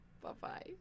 Bye-bye